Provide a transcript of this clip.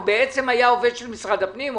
הוא בעצם היה עובד של משרד הפנים,